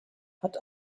hat